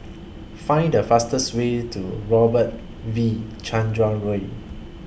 Find The fastest Way to Robert V Chandran Way